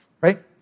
right